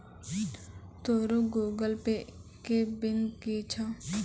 तोरो Google Pay के pin कि छौं?